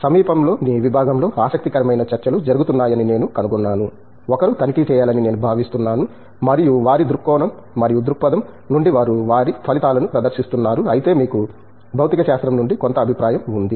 సమీపంలోని విభాగంలో ఆసక్తికరమైన చర్చలు జరుగుతున్నాయని నేను కనుగొన్నాను ఒకరు తనిఖీ చేయాలని నేను భావిస్తున్నాను మరియు వారి దృక్కోణం మరియు దృక్పథం నుండి వారు వారి ఫలితాలను ప్రదర్శిస్తున్నారు అయితే మీకు భౌతికశాస్త్రం నుండి కొంత అభిప్రాయం ఉంది